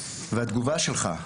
והתגובה שלך,